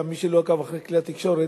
גם מי שלא עקב אחרי כלי התקשורת,